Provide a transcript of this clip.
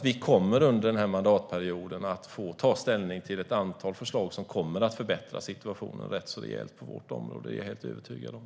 Vi kommer under den är mandatperioden att få ta ställning till ett antal förslag som kommer att förbättra situationen rätt så rejält på det här området. Det är jag helt övertygad om.